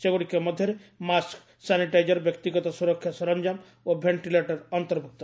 ସେଗୁଡ଼ିକ ମଧ୍ୟରେ mask sanitiser ବ୍ୟକ୍ତିଗତ ସୁରକ୍ଷା ସରଞ୍ଜାମ ଓ ଭେଷ୍ଟିଲେଟର ଅନ୍ତର୍ଭୁକ୍ତ